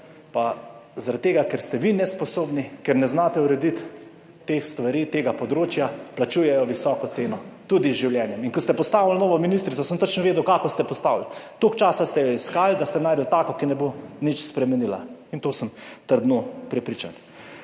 pa zaradi tega, ker ste vi nesposobni, ker ne znate urediti teh stvari, tega področja, plačujejo visoko ceno, tudi z življenjem. In ko ste postavili novo ministrico, sem točno vedel, kako ste jo postavili. Toliko časa ste jo iskali, da ste našli tako, ki ne bo nič spremenila. To sem trdno prepričan.